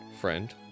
friend